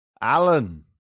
alan